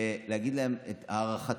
צריך להגיד להם את הערכתנו,